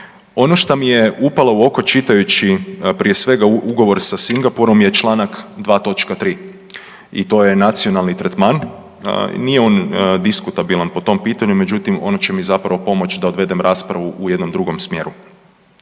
Ono što mi je upalo u oko čitajući, prije svega, Ugovor sa Singapurom je članak 2.3. i to je nacionalni tretman. Nije on diskutabilan po tom pitanju, međutim ono će mi zapravo pomoć da odvedem raspravu u jednom drugom smjeru.